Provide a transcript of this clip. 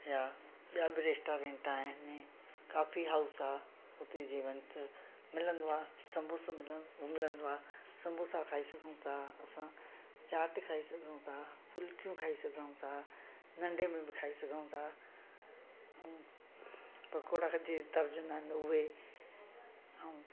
या ॿिया बि रेस्टोरेंट आहिनि कॉफी हाउस आहे उते जीअं वञ त मिलंदो आहे सम्बोसो मिलंदो आहे सम्बोसा खाई सघूं था असां चाट खाई सघूं था फुलकियूं खाई सघूं था नंढे में बि खाई सघूं था पकौड़ा जीअं तरजंदा आहिनि त उहे ऐं